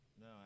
No